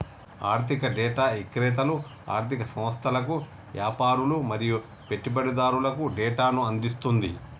ఆర్ధిక డేటా ఇక్రేతలు ఆర్ధిక సంస్థలకు, యాపారులు మరియు పెట్టుబడిదారులకు డేటాను అందిస్తుంది